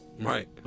Right